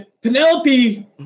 Penelope